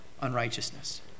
unrighteousness